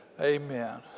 amen